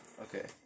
Okay